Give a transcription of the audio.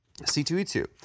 C2E2